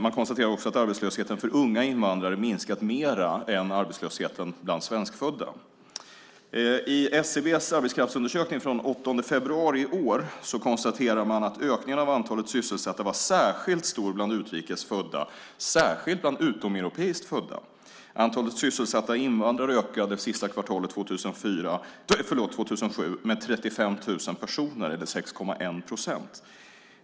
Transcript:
Man konstaterar också att arbetslösheten för unga invandrare minskat mer än arbetslösheten bland svenskfödda. I SCB:s arbetskraftsundersökning från den 8 februari i år konstaterar man att ökningen av antalet sysselsatta var särskilt stor bland utrikes födda, särskilt bland utomeuropeiskt födda. Antalet sysselsatta invandrare ökade sista kvartalet 2007 med 35 000 personer eller 6,1 procent.